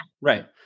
Right